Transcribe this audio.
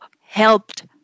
helped